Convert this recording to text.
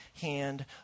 hand